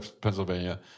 Pennsylvania